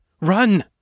Run